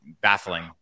baffling